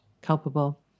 culpable